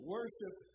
Worship